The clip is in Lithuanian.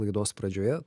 laidos pradžioje